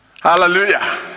hallelujah